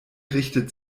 richtet